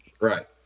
Right